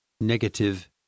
negative